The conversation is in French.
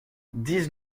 dix